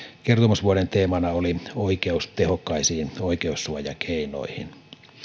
kertomusvuoden teemana oli oikeus tehokkaisiin oikeussuojakeinoihin